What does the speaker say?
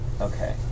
Okay